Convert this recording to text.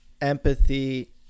empathy